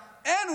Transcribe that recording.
אין,